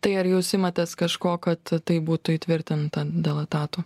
tai ar jūs imatės kažko kad tai būtų įtvirtinta dėl etatų